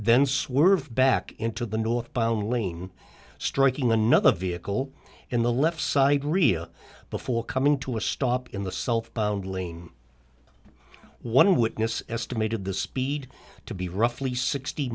then swerved back into the northbound lane striking another vehicle in the left side ria before coming to a stop in the self bound lane one witness estimated the speed to be roughly sixty